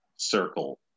circle